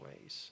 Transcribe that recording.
ways